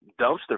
dumpster